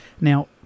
Now